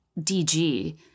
dg